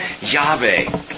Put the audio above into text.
Yahweh